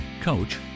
coach